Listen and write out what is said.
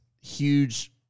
huge